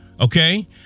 okay